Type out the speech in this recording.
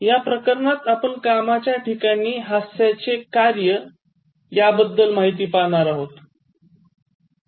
या प्रकरणात आपण कामाच्या ठिकाणी हास्याचे कार्य याबद्दल पाहणार आहोत